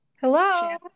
Hello